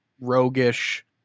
roguish